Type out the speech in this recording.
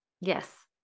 Yes